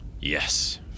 Yes